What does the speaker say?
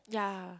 yeah